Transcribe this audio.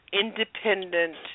independent